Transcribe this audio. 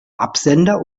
absender